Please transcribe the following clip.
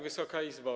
Wysoka Izbo!